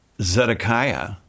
Zedekiah